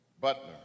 Butler